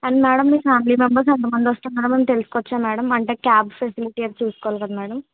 అది మేడం మీ family members ఎంతమంది వస్తున్నారు అని తెలుసుకోవచ్చా మేడం అంటే క్యాబ్ ఫెసిలిటీ అది చూసుకోవాలికదా మేడం